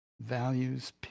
values